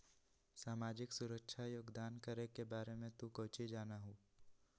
सामाजिक सुरक्षा योगदान करे के बारे में तू काउची जाना हुँ?